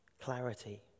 clarity